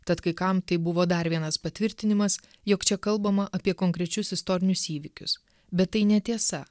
tad kai kam tai buvo dar vienas patvirtinimas jog čia kalbama apie konkrečius istorinius įvykius bet tai netiesa